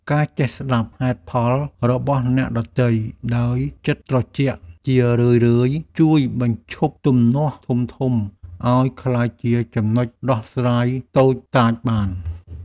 ការចេះស្តាប់ហេតុផលរបស់អ្នកដទៃដោយចិត្តត្រជាក់ជារឿយៗជួយបញ្ឈប់ទំនាស់ធំៗឱ្យក្លាយជាចំណុចដោះស្រាយតូចតាចបាន។